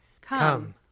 Come